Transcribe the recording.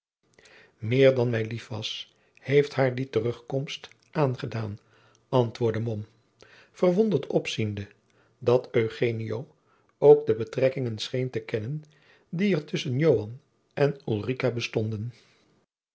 meer dan mij lief was heeft haar die terugkomst aangedaan antwoordde mom verwonderd opziende dat eugenio ook de betrekkingen scheen te kennen die er tusschen joan en ulrica bestonden